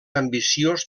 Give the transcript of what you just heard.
ambiciós